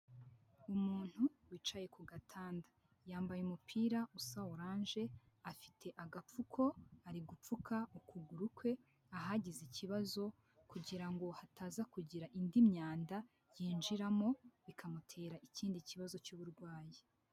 Umuntu wicaye ku gatanda, yambaye umupira usa oranje, afite agapfuko, ari gupfuka ukuguru kwe ahagize ikibazo kugira ngo hataza kugira indi myanda yinjiramo bikamutera ikindi kibazo cy'uburwayi.